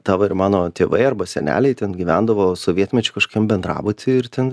tavo ir mano tėvai arba seneliai ten gyvendavo sovietmečiu kažkokiam bendrabuty ir ten